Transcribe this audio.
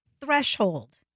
threshold